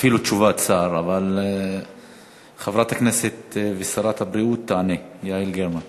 אפילו תשובת שר, אבל שרת הבריאות יעל גרמן תענה.